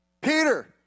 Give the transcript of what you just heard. Peter